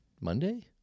monday